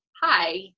hi